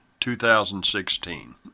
2016